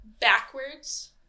backwards